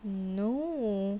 no